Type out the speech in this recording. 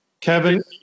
Kevin